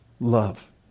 love